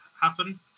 happen